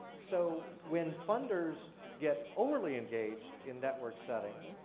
so, when funders get overly engaged in network settings,